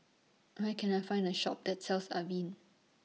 Where Can I Find A Shop that sells Avene